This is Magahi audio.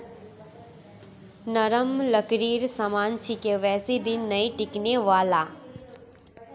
नरम लकड़ीर सामान छिके बेसी दिन नइ टिकने वाला